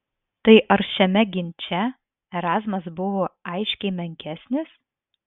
tai ar šiame ginče erazmas buvo aiškiai menkesnis